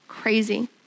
crazy